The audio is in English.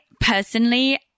personally